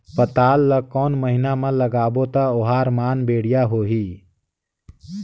पातल ला कोन महीना मा लगाबो ता ओहार मान बेडिया होही?